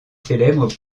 célèbre